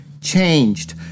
changed